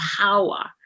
power